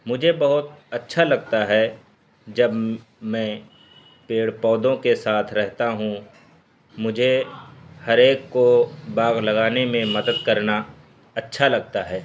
مجھے بہت اچھا لگتا ہے جب میں پیڑ پودوں کے ساتھ رہتا ہوں مجھے ہر ایک کو باغ لگانے میں مدد کرنا اچھا لگتا ہے